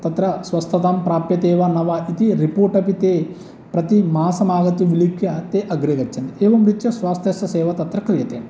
तत्र स्वस्थतां प्राप्यते वा न वा इति रिपोर्ट् अपि ते प्रतिमासम् आगत्य विलिख्य ते अग्रे गच्छामि एवंरीत्या स्वास्थ्यस्य सेवा तत्र क्रियते